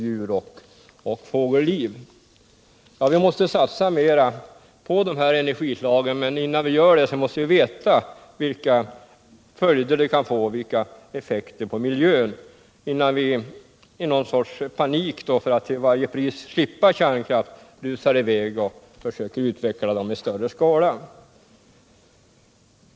Vi måste satsa mer på de här energislagen, men innan vi gör det måste vi veta vilka effekter det kan få på miljön. Det måste vi veta innan vi i någon sorts panik för att till varje pris slippa kärnkraft rusar i väg och utvecklar dessa nya energikällor i större skala.